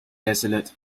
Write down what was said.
desolate